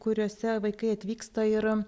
kuriose vaikai atvyksta ir